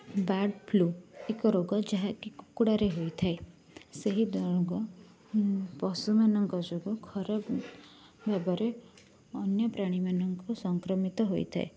bird flu ଏକ ରୋଗ ଯାହାକି କୁକୁଡ଼ାରେ ହୋଇଥାଏ ସେଇ ରୋଗ ପଶୁମାନଙ୍କ ଯୋଗୁ ଖରାପ ଭାବରେ ଅନ୍ୟ ପ୍ରାଣୀମାନଙ୍କୁ ସଂକ୍ରମିତ ହୋଇଥାଏ